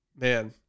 Man